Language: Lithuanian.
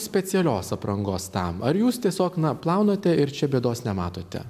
specialios aprangos tam ar jūs tiesiog na plaunate ir čia bėdos nematote